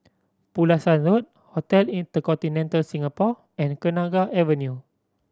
Pulasan Road Hotel InterContinental Singapore and Kenanga Avenue